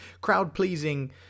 crowd-pleasing